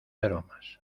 aromas